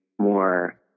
more